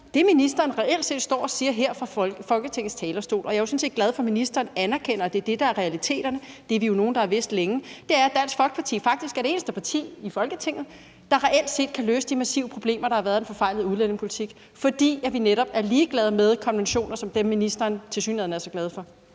Det, ministeren reelt set står og siger her fra Folketingets talerstol – og jeg er sådan set glad for, at ministeren anerkender, at det er det, der er realiteterne, hvad vi jo er nogle der har vidst længe – er, at Dansk Folkeparti faktisk er det eneste parti i Folketinget, der reelt set kan løse de massive problemer, der har været på baggrund af en forfejlet udlændingepolitik, fordi vi netop er ligeglade med konventioner som dem, ministeren tilsyneladende er så glad for.